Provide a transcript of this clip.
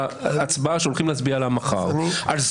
אם בית המשפט באופן קבוע או לא באופן קבוע -- הוא הבין